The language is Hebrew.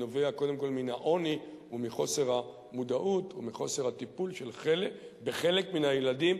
נובע קודם כול מהעוני ומחוסר המודעות ומחוסר הטיפול בחלק מהילדים,